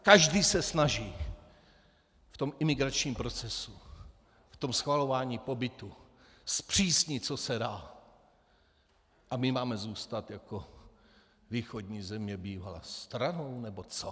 Každý se snaží v tom imigračním procesu, v tom schvalování pobytu zpřísnit, co se dá, a my máme zůstat jako bývalá východní země stranou nebo co?